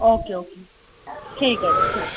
okay okay ठीक ऐ ठीक ऐ